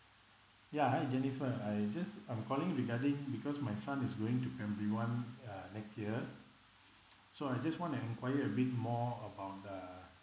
ya hi jennifer I just um calling you regarding because my son is going to primary one uh next year so I just want to enquire a bit more about the